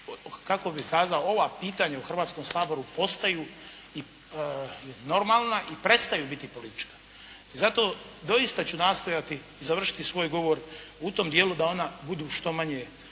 kako bih kazao, ova pitanja u Hrvatskom saboru postaju normalna i prestaju biti politička. Zato doista ću nastojati završiti svoj govor u tom dijelu da ona budu što manje